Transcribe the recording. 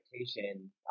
expectation